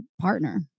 partner